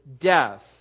death